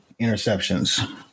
interceptions